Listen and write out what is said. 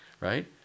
right